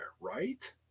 right